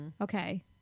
Okay